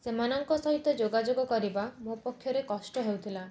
ସେମାନଙ୍କ ସହିତ ଯୋଗାଯୋଗ କରିବା ମୋ ପକ୍ଷରେ କଷ୍ଟ ହେଉଥିଲା